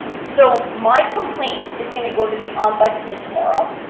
so my complaint is going to go to the ombudsman tomorrow.